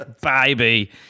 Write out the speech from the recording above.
Baby